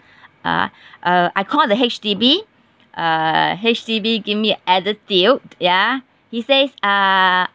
uh uh I call the H_D_B uh H_D_B give me attitude ya he says uh